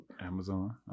Amazon